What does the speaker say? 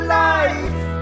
life